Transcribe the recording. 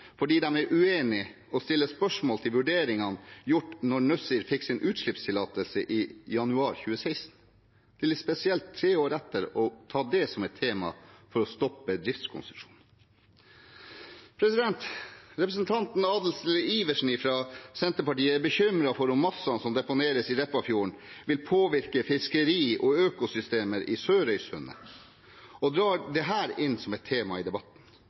fordi de er uenige og stiller spørsmål ved vurderingene som ble gjort da Nussir fikk sin utslippstillatelse i januar 2016. Det er litt spesielt tre år etter å ta det opp som et tema for å stoppe driftskonsesjonen. Representanten Adelsten Iversen fra Senterpartiet er bekymret for om massene som deponeres i Repparfjorden, vil påvirke fiskeri og økosystemer i Sørøysundet og drar dette inn som et tema i debatten.